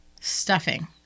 stuffing